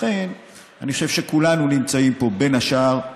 אני חושב שכולנו נמצאים פה, בין השאר,